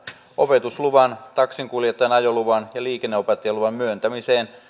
opetusluvan taksinkuljettajan ajoluvan ja liikenneopettajan luvan myöntämiseen